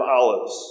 Olives